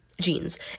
Jeans